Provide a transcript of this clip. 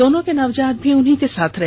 दोनों के नवजात भी उन्हीं के साथ रहे